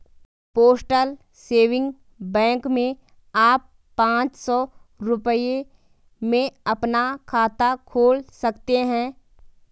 postal saving bank में आप पांच सौ रूपये में अपना खाता खोल सकते हैं